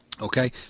Okay